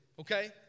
okay